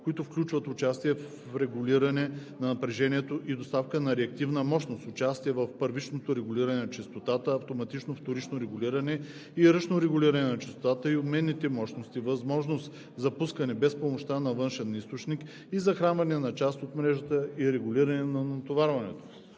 които включват участие в регулиране на напрежението и доставка на реактивна мощност, участие в първично регулиране на честота, автоматично вторично регулиране и ръчно регулиране на честотата и обменните мощности, възможност за пускане без помощта на външен източник и захранване на част от мрежа и регулиране на натоварването.“;